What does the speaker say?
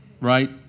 right